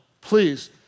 please